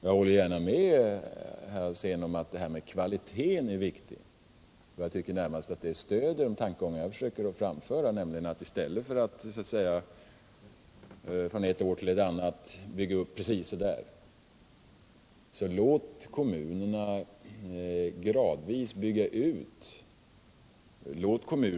Jag håller gärna med herr Alsén om att detta med kvalitet är viktigt, och jag tycker att det närmast stöder de tankegångar jag försöker framföra, nämligen att man i stället för att från ett år till ett annat bygga ut precis på ett visst sätt låter kommunerna bygga ut gradvis.